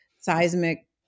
Seismic